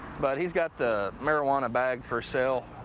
but he's got the marijuana bag for sale.